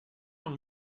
dans